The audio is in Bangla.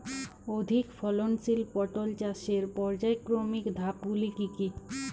অধিক ফলনশীল পটল চাষের পর্যায়ক্রমিক ধাপগুলি কি কি?